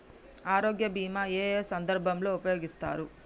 ఆరోగ్య బీమా ఏ ఏ సందర్భంలో ఉపయోగిస్తారు?